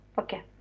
Okay